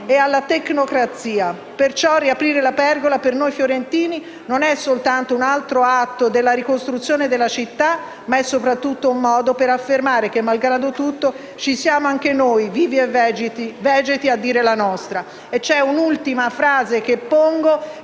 e alla tecnocrazia. Perciò riaprire «La Pergola», per noi fiorentini, non è soltanto un altro atto della ricostruzione della città, ma è soprattutto un modo per affermare che, malgrado tutto, ci siamo anche noi, vivi e vegeti, a dire la nostra». Vorrei concludere con